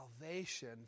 salvation